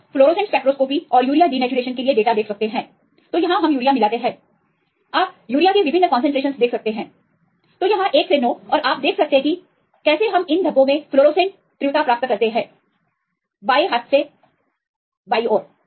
आप fluorescent spectroscopy और urea denaturation के लिए डेटा देख सकते हैं तो वहां हम यूरिया मिलाते हैं आप यूरिया के विभिन्न कंसंट्रेशनस देख सकते हैं तो यहां एक से नौ और आप देख सकते हैं कि कैसे हम इन धब्बों में फ्लोरोसेंट तीव्रता प्राप्त करते हैं बाएं हाथ में सबसे बाईं ओर